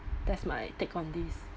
that's my take on this